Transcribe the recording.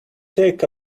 take